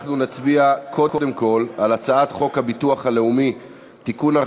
נצביע קודם כול על הצעת חוק הביטוח הלאומי (תיקון,